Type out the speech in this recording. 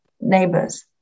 neighbors